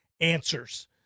answers